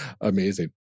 Amazing